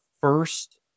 first